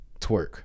twerk